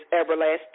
everlasting